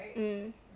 mm